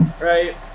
right